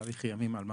תאריכי ימים על ממלכתך,